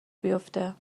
بیفته